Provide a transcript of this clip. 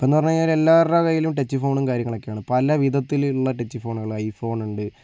ഇപ്പോൾ എന്ന് പറഞ്ഞു കഴിഞ്ഞാൽ എല്ലാവരുടെ കയ്യിലും ടച്ച് ഫോണും കാര്യങ്ങളൊക്കെ ആണ് പല വിധത്തിലുള്ള ടച്ച് ഫോണുകള് ഐഫോണുണ്ട്